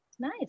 Nice